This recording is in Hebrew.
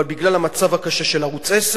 אבל בגלל המצב הקשה של ערוץ-10